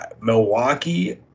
Milwaukee